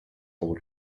pour